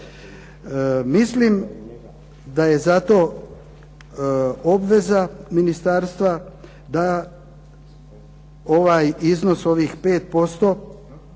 Mislim da je zato obveza ministarstva da ovaj iznos, ovih 5%